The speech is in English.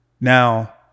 now